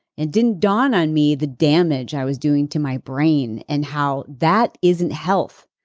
it didn't dawn on me the damage i was doing to my brain and how that isn't health.